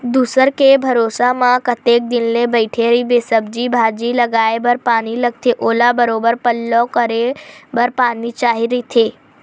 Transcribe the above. दूसर के भरोसा म कतेक दिन ले बइठे रहिबे, सब्जी भाजी के लगाये बर पानी लगथे ओला बरोबर पल्लो करे बर पानी चाही रहिथे